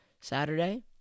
Saturday